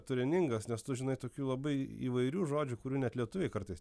turiningas nes tu žinai tokių labai įvairių žodžių kurių net lietuviai kartais